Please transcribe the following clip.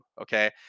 Okay